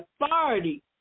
authority